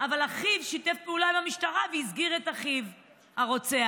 אבל אחיו שיתף פעולה עם המשטרה והסגיר את אחיו הרוצח.